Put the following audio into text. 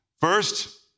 First